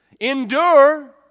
Endure